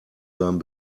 seinem